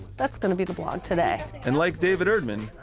that's going to be the blog today. and like david erdman,